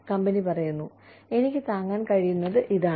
company പറയുന്നു എനിക്ക് താങ്ങാൻ കഴിയുന്നത് ഇതാണ്